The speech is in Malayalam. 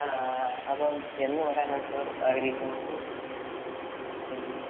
ആ ആ അപ്പം എന്ന് വരാനാണ് സാർ ആഗ്രഹിക്കുന്നത് എന്ന്